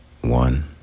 One